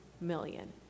million